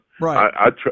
Right